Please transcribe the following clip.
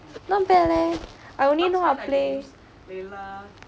not bad leh I only know how to play